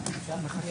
13:35.